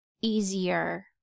easier